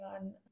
on